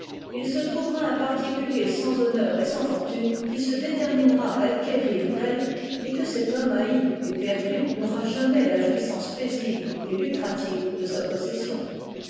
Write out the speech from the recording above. il se trouvera un particulier sans honneur et sans fortune qui se déterminera à acquérir d'elles et que cet homme haï et perdu n'aura jamais la jouissance paisible et lucrative de sa possession